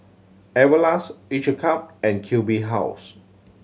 Everlast Each a Cup and Q B House